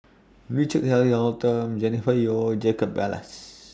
Richard Eric Holttum Jennifer Yeo and Jacob Ballas